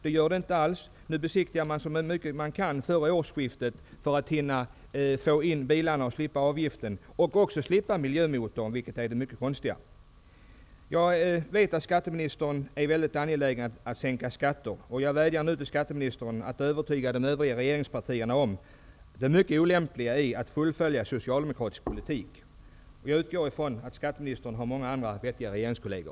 Det gör den inte alls. Nu besiktigas det så mycket som möjligt före årsskiftet, därför att man vill hinna få in bilarna. Därmed skulle man slippa betala denna avgift, och också slippa miljömotorn, konstigt nog. Jag vet att skatteministern är mycket angelägen att sänka skatter, och jag vädjar nu till skatteministern att övertyga de övriga i regeringspartierna om det mycket olämpliga i att fullfölja socialdemokratisk politik. Jag utgår från att skatteministern har många kloka regeringskolleger.